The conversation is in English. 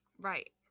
Right